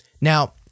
Now